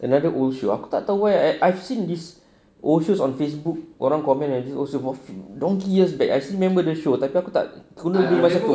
another old show aku tak tahu eh I I've seen this old shows on Facebook orang comment donkey years back I still remember the show tapi aku tak truly realise aku watch